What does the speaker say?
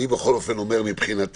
אני בכל אופן אומר מבחינתי,